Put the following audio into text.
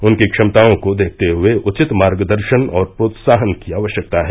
उनकी क्षमताओं को देखते हुये उचित मार्ग दर्शन और प्रोत्साहन की आवश्यकता है